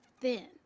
thin